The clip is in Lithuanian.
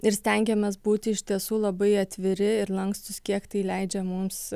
ir stengiamės būti iš tiesų labai atviri ir lankstūs kiek tai leidžia mums